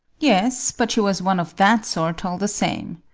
yes, but she was one of that sort, all the same.